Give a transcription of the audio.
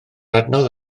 adnodd